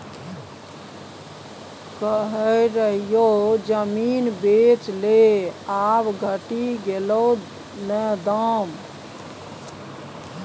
कहय रहियौ जमीन बेच ले आब घटि गेलौ न दाम